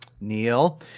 Neil